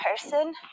person